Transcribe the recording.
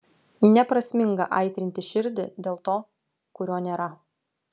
neprasminga aitrinti širdį dėl to kurio nėra